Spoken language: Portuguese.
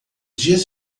dias